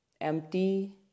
Empty